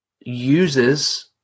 uses